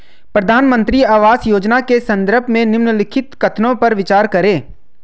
प्रधानमंत्री आवास योजना के संदर्भ में निम्नलिखित कथनों पर विचार करें?